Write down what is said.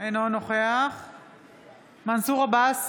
אינו נוכח מנסור עבאס,